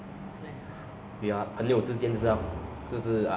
I tell you it's very awkward [one] the beginning ah it will be very awkward